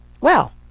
Well